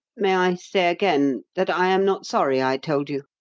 may i say again, that i am not sorry i told you?